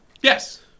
Yes